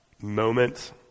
moment